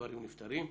הדברים נפתרים,